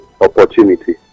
opportunity